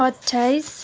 अट्ठाइस